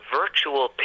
virtual